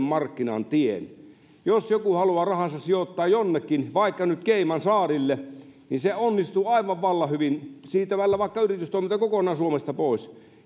markkinan tien jos joku haluaa rahansa sijoittaa jonnekin vaikka nyt caymansaarille niin se onnistuu aivan vallan hyvin siirtämällä vaikka yritystoiminta kokonaan suomesta pois